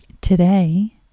Today